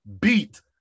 beat